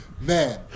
Man